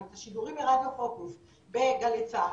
את השידורים מרדיו פוקוס בגלי צה"ל,